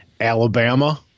Alabama